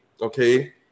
okay